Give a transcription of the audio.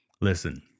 Listen